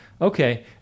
Okay